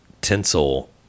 tinsel